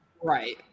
Right